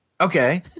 okay